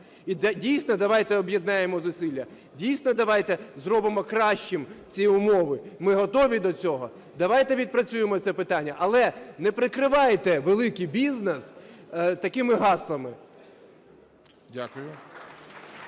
І, дійсно, давайте об'єднаємо зусилля. Дійсно, давайте зробимо кращими ці умови. Ми готові до цього. Давайте відпрацюємо це питання. Але не прикривайте великий бізнес такими гаслами.